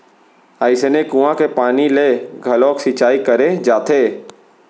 अइसने कुँआ के पानी ले घलोक सिंचई करे जाथे